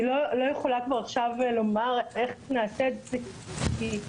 אני לא יכולה כבר עכשיו לומר איך נעשה את זה כי,